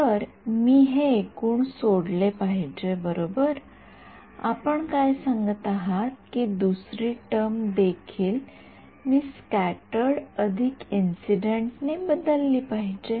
तर मी ते एकूण सोडले पाहिजे बरोबर आपण काय सांगत आहात की दुसरी टर्म देखील मी स्क्याटर्ड अधिक इंसिडेन्टने बदलली पाहिजे